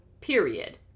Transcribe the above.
period